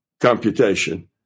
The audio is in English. computation